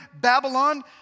Babylon